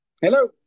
Hello